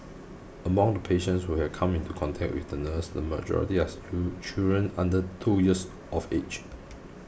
among the patients who had come into contact with the nurse the majority as children under two years of age